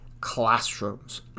classrooms